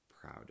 proud